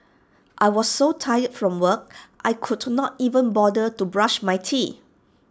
I was so tired from work I could not even bother to brush my teeth